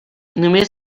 només